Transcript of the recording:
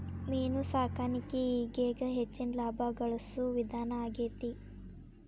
main ಸಾಕಾಣಿಕೆ ಈಗೇಗ ಹೆಚ್ಚಿನ ಲಾಭಾ ಗಳಸು ವಿಧಾನಾ ಆಗೆತಿ